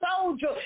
soldier